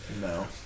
No